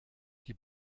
die